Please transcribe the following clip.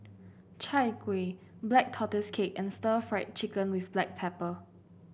Chai Kueh Black Tortoise Cake and Stir Fried Chicken with Black Pepper